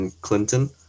clinton